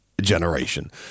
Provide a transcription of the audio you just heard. generation